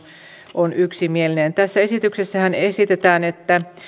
on yksimielinen tässä esityksessähän esitetään että